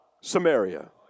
Samaria